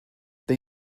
they